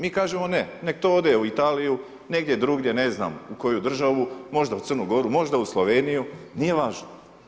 Mi kažemo ne, nek to ode u Italiju, negdje drugdje ne znam u koju državu, možda u Crnu Goru, možda u Sloveniju nije važno.